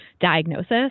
diagnosis